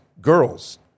girls